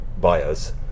buyers